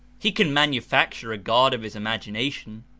he can manufacture a god of his imagination,